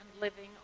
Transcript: living